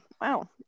wow